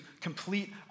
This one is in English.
complete